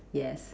yes